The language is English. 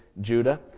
Judah